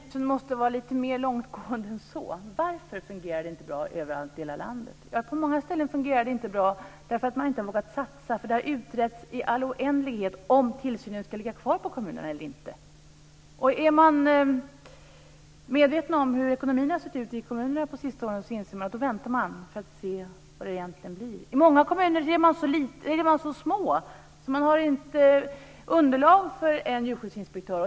Fru talman! Jag tycker att analysen måste vara lite mera långtgående än så. Varför fungerar det inte bra i hela landet? På många ställen har man inte vågat satsa. Det har utretts i all oändlighet om ifall tillsynen ska ligga kvar på kommunerna eller inte. Ekonomin i kommunerna har gjort att man väntar och ser hur det blir. Många kommuner är så små att de inte har underlag för en heltidsanställd djurskyddsinspektör.